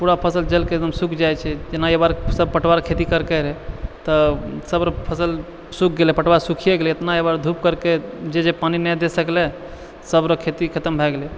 पूरा फसल जलि कऽ एकदम सुखि जाइ छै जेना अइबार सब पटवार खेती करके रहै तऽ सब रऽ फसल सूखि गेलै पटवा सूखिये गेलै एतना अइबार धूप करके जे जे पानि नहि दए सकलै सब रऽ खेती खतम भए गेलै